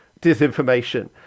disinformation